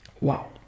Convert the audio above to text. wow